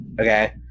Okay